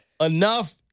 Enough